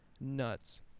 nuts